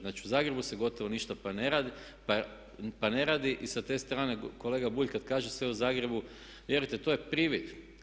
Znači u Zagrebu se gotovo ništa pa ne radi i sa te strane kolega Bulj kad kaže sve o Zagrebu, vjerujete to je privid.